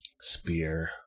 Spear